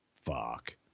fuck